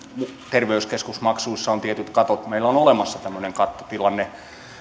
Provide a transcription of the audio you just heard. terveyskeskusmaksuissa on tietyt katot meillä on on olemassa tämmöinen kattotilanne